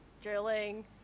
drilling